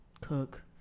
cook